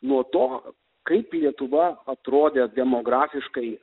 nuo to kaip lietuva atrodė demokratiškai